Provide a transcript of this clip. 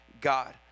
God